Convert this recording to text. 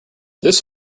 this